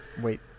Wait